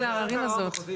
עכשיו,